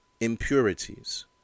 impurities